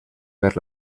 per